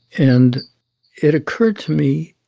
and it occurred to me,